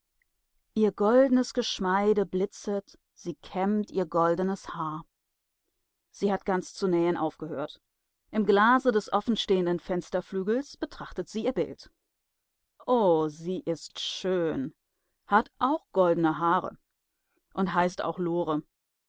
ihr goldnes geschmeide blitzet sie kämmt ihr goldenes haar sie hat ganz zu nähen aufgehört im glase des offenstehenden fensterflügels betrachtet sie ihr bild o sie ist schön hat auch goldene haare und heißt auch lore